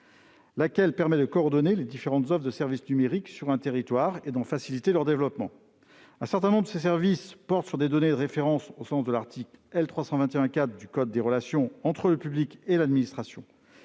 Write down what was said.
qui permet de coordonner les différentes offres de services numériques sur un territoire et d'en faciliter leur développement. Un certain nombre de ces services portent sur des données de référence au sens de l'article L. 321-4 du code des relations entre le public et l'administration.